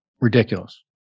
Ridiculous